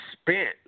spent